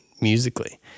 musically